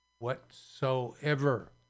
whatsoever